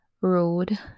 road